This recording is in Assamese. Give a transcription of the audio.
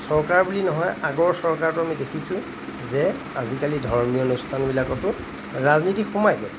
চৰকাৰ বুলি নহয় আগৰ চৰকাৰতো আমি দেখিছোঁ যে আজিকালি ধৰ্মীয় অনুষ্ঠানবিলাকতো ৰাজনীতি সোমাই গ'ল